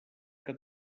que